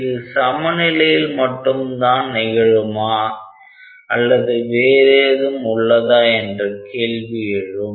இது சமநிலையில் மட்டும் தான் நிகழுமா அல்லது வேறேதும் உள்ளதா என்ற கேள்வி எழும்